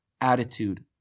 attitude